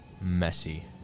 messy